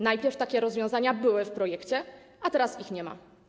Najpierw takie rozwiązania były w projekcie, a teraz ich nie ma.